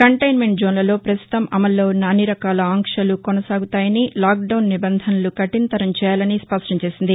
containment జోన్లలో ప్రస్తుతం అమల్లో ఉన్న అన్ని రకాల ఆంక్షలు కొనసాగుతాయని లాక్డౌన్ నిబంధనలు కఠినతరం చేయాలని స్పష్టం చేసింది